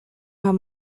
haben